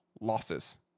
losses